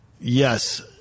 Yes